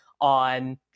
on